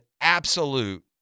absolute